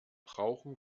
brauchen